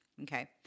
okay